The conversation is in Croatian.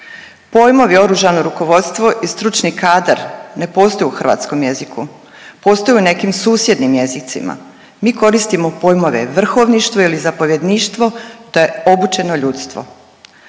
Pojmovi oružano rukovodstvo i stručni kadar ne postoji u hrvatskom jeziku, postoji u nekim susjednim jezicima. Mi koristimo pojmove vrhovništvo ili zapovjedništvo te obučeno ljudstvo.